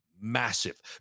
massive